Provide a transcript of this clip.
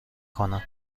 کنم